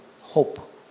hope